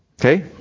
okay